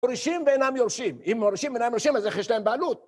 מורישים ואינם יורשים, אם מורישים ואינם יורשים אז איך יש להם בעלות?